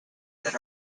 that